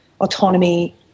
autonomy